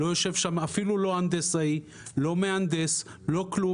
לא יושב שם אפילו הנדסאי או מהנדס, לא כלום.